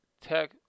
tech